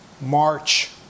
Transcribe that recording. March